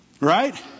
right